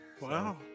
Wow